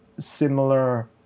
similar